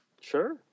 Sure